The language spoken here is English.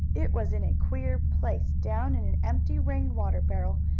it was in a queer place down in an empty rain-water barrel,